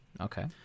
Okay